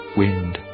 wind